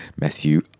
Matthew